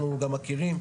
אנחנו גם מכירים,